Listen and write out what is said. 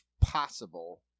possible